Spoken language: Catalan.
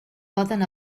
poden